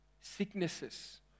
Sicknesses